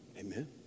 amen